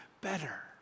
better